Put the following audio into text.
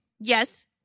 Yes